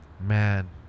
Man